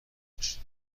داشت